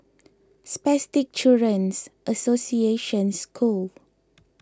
Spastic Children's Association School